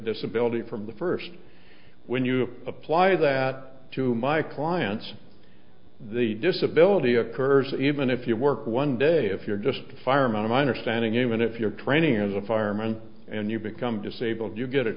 disability from the first when you apply that to my clients the disability occurs even if you work one day if you're just a fireman a miner standing even if you're training as a fireman and you become disabled you get it